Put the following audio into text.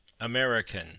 American